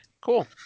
cool